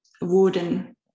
wooden